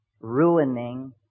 ruining